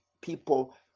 people